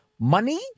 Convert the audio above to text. money